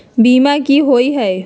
बीमा की होअ हई?